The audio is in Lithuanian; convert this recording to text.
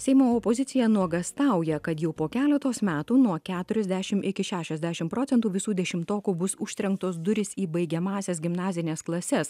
seimo opozicija nuogąstauja kad jau po keleto metų nuo keturiasdešimt iki šešiasdešimt procentų visų dešimtokų bus užtrenktos durys į baigiamąsias gimnazines klases